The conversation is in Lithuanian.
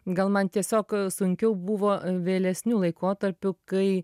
gal man tiesiog sunkiau buvo vėlesniu laikotarpiu kai